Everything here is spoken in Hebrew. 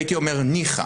הייתי אומר: ניחא,